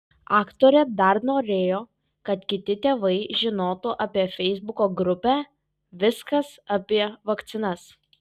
aktorė dar norėjo kad kiti tėvai žinotų apie feisbuko grupę viskas apie vakcinas